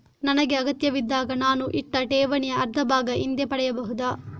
ನನಗೆ ಅಗತ್ಯವಿದ್ದಾಗ ನಾನು ಇಟ್ಟ ಠೇವಣಿಯ ಅರ್ಧಭಾಗ ಹಿಂದೆ ಪಡೆಯಬಹುದಾ?